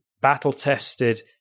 battle-tested